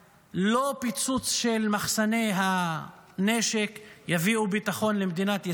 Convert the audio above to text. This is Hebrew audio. לא פיצוץ של מחסני הנשק יביא ביטחון למדינת ישראל,